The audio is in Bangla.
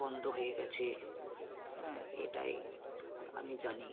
বন্ধ হয়ে গিয়েছে হ্যাঁ এটাই আমি জানি